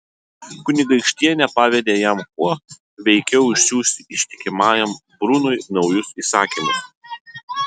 kunigaikštienė pavedė jam kuo veikiau išsiųsti ištikimajam brunui naujus įsakymus